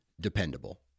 dependable